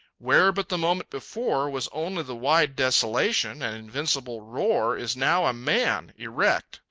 where but the moment before was only the wide desolation and invincible roar, is now a man, erect,